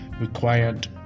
required